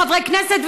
חברי כנסת,